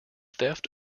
theft